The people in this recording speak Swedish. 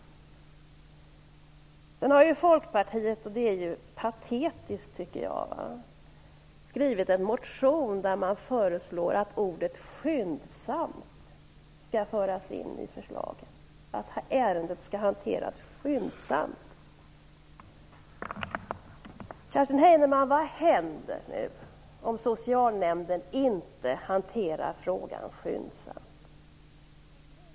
Sedan har Folkpartiet - jag tycker att det är patetiskt - skrivit en motion där man föreslår att ordet "skyndsamt" skall föras in i förslaget, dvs. att ärendet skall hanteras skyndsamt. Vad händer nu, Kerstin Heinemann, om socialnämnden inte hanterar frågan skyndsamt?